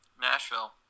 Nashville